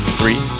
three